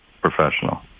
professional